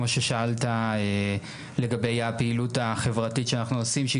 כמו ששאלת לגבי הפעילות החברתית שאנחנו עושים שהיא